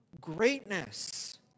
greatness